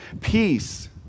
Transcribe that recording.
peace